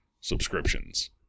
subscriptions